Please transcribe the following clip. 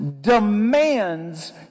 demands